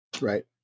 Right